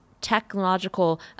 technological